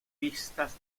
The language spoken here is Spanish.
pistas